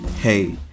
hey